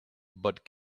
but